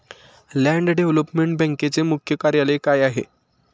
Land development बँकेचे मुख्य कार्य काय आहे?